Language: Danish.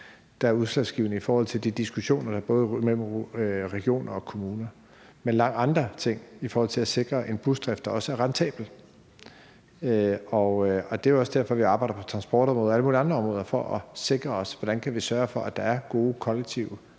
der er udslagsgivende i forhold til de diskussioner, der er både med regioner og kommuner, men en lang række andre ting i forhold til at sikre en busdrift, der også er rentabel. Det er også derfor, vi arbejder på transportområdet og alle mulige andre områder for at sikre os, at vi kan sørge for, at der er gode kollektive løsninger,